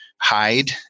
hide